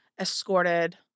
escorted